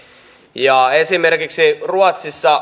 esimerkiksi ruotsissa